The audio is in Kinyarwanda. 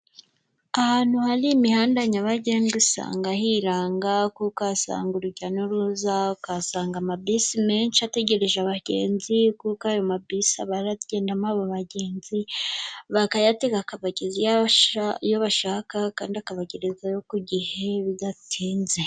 Ahantu hari imihanda nyabagendwa usanga hiranga, kuko uhasanga urujya n'uruza. Uhasanga amabisi menshi ategereje abagenzi kuko ayo mabisi aba aragendamo abo bagenzi, bakayatega akabageza iyo bashaka, kandi akabagerezayo ku gihe bidatinze.